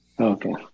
Okay